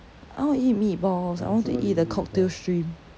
I want to eat meatballs I want to eat the cocktail shrimp